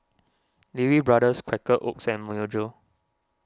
Lee Wee Brothers Quaker Oats and Myojo